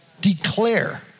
declare